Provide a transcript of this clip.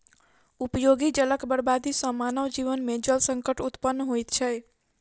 उपयोगी जलक बर्बादी सॅ मानव जीवन मे जल संकट उत्पन्न होइत छै